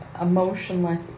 emotionless